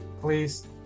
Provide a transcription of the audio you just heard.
Please